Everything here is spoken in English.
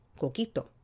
coquito